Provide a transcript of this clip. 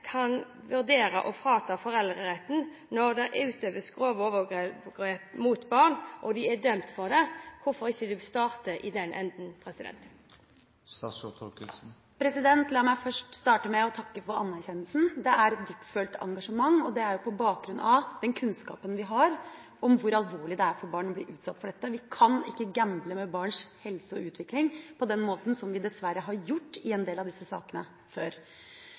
kan vurdere å frata foreldreretten når det utøves grove overgrep mot barn, og en er dømt for det. Hvorfor vil de ikke starte i den enden? La meg starte med å takke for anerkjennelsen. Det er et dyptfølt engasjement, og det er på bakgrunn av den kunnskapen vi har om hvor alvorlig det er for barn å bli utsatt for dette. Vi kan ikke gamble med barns helse og utvikling på den måten som vi dessverre har gjort før, i en del av disse sakene.